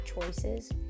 choices